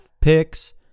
picks